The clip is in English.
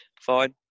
Fine